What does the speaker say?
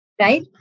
right